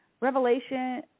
Revelation